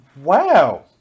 Wow